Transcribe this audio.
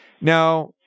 Now